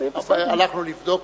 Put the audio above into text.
הלכנו לבדוק.